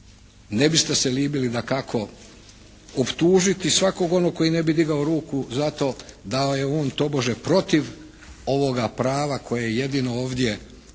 ne biste se libili dakako optužiti svakog onog koji ne bi digao ruku za to da je on tobože protiv ovoga prava koje jedino ovdje dobro